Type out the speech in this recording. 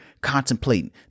contemplating